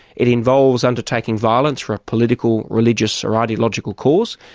it involves undertaking violence for a political, religious or ideological cause,